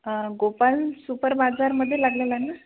Gopal super बाजारमध्ये लागलेला आहे ना